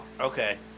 Okay